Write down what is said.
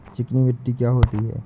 चिकनी मिट्टी क्या होती है?